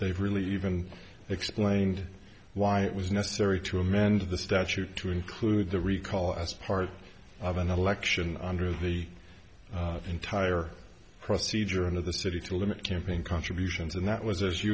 they've really even explained why it was necessary to amend the statute to include the recall as part of an election under the entire procedure and of the city to limit campaign contributions and that was